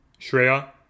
Shreya